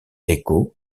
échos